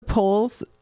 Polls